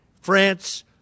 France